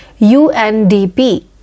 UNDP